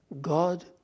God